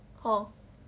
hor